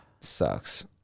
sucks